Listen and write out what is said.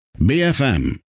BFM